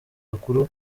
bakuru